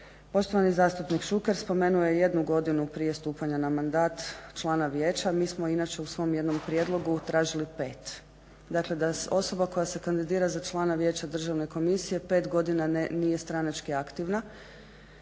Poštovani zastupnik Šuker spomenuo je jednu godinu prije stupanja na mandat člana vijeća. Mi smo inače u svom jednom prijedlogu tražili pet. Dakle, da osoba koja se kandidira za člana Vijeća Državne komisije pet godina nije stranački aktivna,